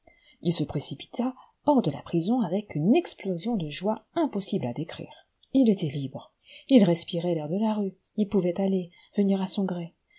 il se précipita hors de la prison avec une explosion de joie impossible à décrire il était libre il respirait l'air de la rue il pouvait aller venir à son gré